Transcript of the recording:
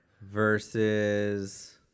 versus